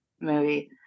movie